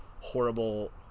horrible